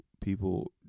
People